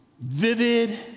vivid